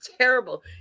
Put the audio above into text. terrible